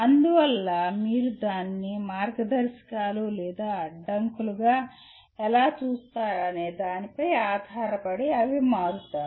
అందువల్ల మీరు దానిని మార్గదర్శకాలు లేదా అడ్డంకులుగా ఎలా చూస్తారనే దానిపై ఆధారపడి అవి మారుతాయి